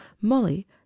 molly